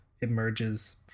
emerges